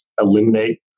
eliminate